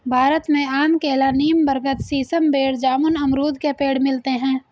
भारत में आम केला नीम बरगद सीसम बेर जामुन अमरुद के पेड़ मिलते है